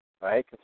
Right